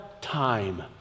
time